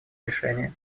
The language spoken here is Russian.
решение